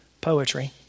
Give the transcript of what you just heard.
poetry